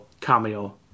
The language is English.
cameo